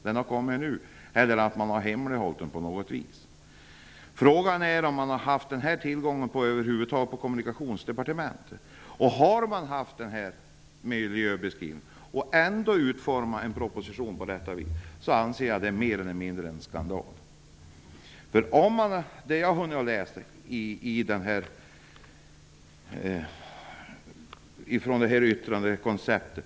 Den har kommit nu, eller så har den hemlighållits. Frågan är om Kommunikationsdepartementet över huvud taget har haft tillgång till denna rapport. Det skulle var mer eller mindre skandal om departementet har haft tillgång till denna beskrivning och ändå har utformat denna proposition.